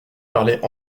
parlait